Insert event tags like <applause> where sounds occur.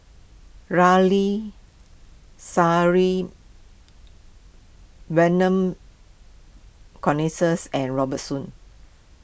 Ramli Sarip Vernon <unintelligible> and Robert Soon